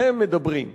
הם מדברים.